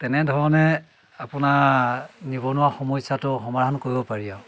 তেনেধৰণে আপোনাৰ নিৱনুৱা সমস্যাটো সমাধান কৰিব পাৰি আৰু